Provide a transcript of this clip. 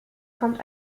kommt